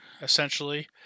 essentially